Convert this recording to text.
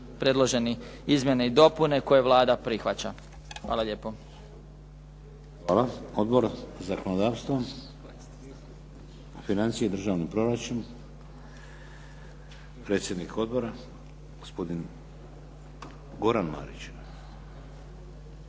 predložene izmjene i dopune koje Vlada prihvaća. Hvala lijepo. **Šeks, Vladimir (HDZ)** Hvala. Odbor za zakonodavstvo? Financije i državni proračun? Predsjednik odbora gospodin Goran Marić.